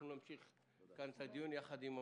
נמשיך כאן את הדיון יחד עם המנכ"ל.